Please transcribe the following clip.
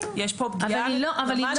אבל היא לא.